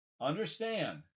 Understand